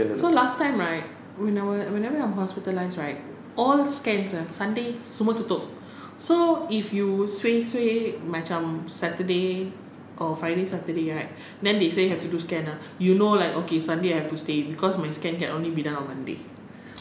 so last time right when I was whenever I'm hospitalised right all scans ah sunday semua tutup so if you suay suay macam saturday or friday saturday right then they say have to do scan lah you know like okay sunday I have to stay because my scan can only be done on monday